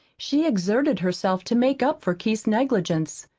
she exerted herself to make up for keith's negligence.